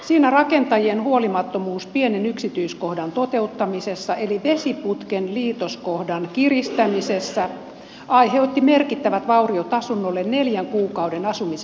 siinä rakentajien huolimattomuus pienen yksityiskohdan toteuttamisessa eli vesiputken liitoskohdan kiristämisessä aiheutti merkittävät vauriot asunnolle neljän kuukauden asumisen jälkeen